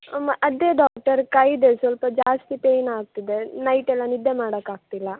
ಅಮ್ಮ ಅದೇ ಡಾಕ್ಟರ್ ಕೈ ಸ್ವಲ್ಪ ಜಾಸ್ತಿ ಪೈನ್ ಆಗ್ತಿದೆ ನೈಟೆಲ್ಲ ನಿದ್ದೆ ಮಾಡೋಕ್ಕಾಗ್ತಿಲ್ಲ